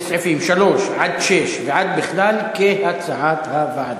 להצביע על סעיפים 3 6 ועד בכלל, כהצעת הוועדה.